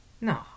No